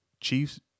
Chiefs